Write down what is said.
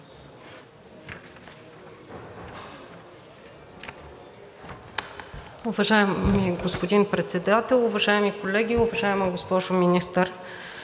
Уважаеми господин Председател, уважаеми колеги, уважаема госпожо Министър!